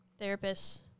therapists